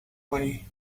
way